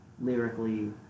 lyrically